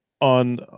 on